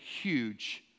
huge